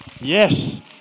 Yes